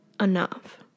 enough